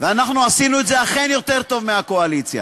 ואנחנו אכן עשינו את זה יותר טוב מהקואליציה.